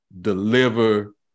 deliver